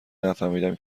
نفهمیدم